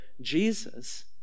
Jesus